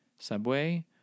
Subway